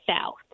south